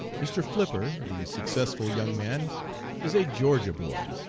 mr. flipper, the successful young man is a georgia boy,